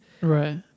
Right